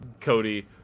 Cody